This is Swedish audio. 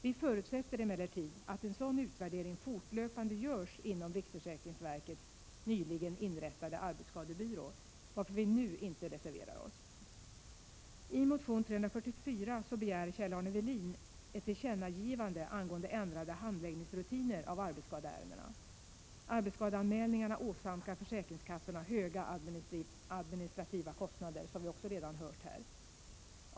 Vi förutsätter emellertid att en sådan utvärdering fortlöpande görs inom riksförsäkringsverkets nyligen inrättade arbetsskadebyrå, varför vi nu inte reserverar Oss. I motion 344 begär Kjell-Arne Welin ett tillkännagivande angående ändrade handläggningsrutiner vad avser arbetsskadeärendena. Arbetsskadeanmälningarna åsamkar försäkringskassorna höga administrativa kostnader, som vi också redan har hört.